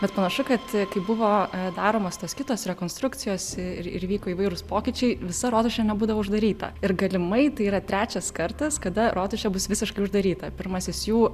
bet panašu kad kai buvo daromos tos kitos rekonstrukcijos ir ir vyko įvairūs pokyčiai visa rotušė nebūdavo uždaryta ir galimai tai yra trečias kartas kada rotušė bus visiškai uždaryta pirmasis jų